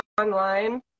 online